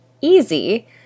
easy